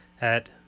at-